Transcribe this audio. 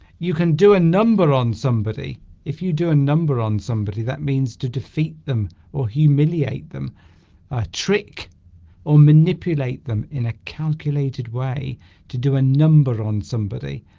you can do a number on somebody if you do a number on somebody that means to defeat them or humiliate them a trick or manipulate them in a calculated way to do a number on somebody